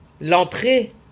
l'entrée